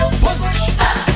punch